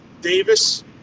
Davis